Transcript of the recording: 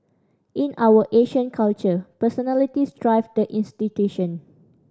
in our Asian culture personalities drive the institution